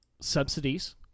subsidies